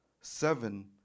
Seven